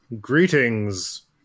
Greetings